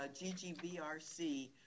GGBRC